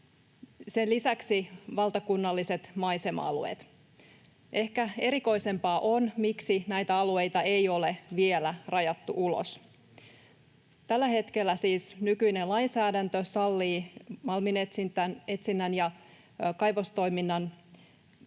sen lisäksi valtakunnalliset maisema-alueet. Ehkä erikoisempaa on, miksi näitä alueita ei ole vielä rajattu ulos. Tällä hetkellä siis nykyinen lainsäädäntö sallii malminetsinnän ja kaivostoiminnan, tietysti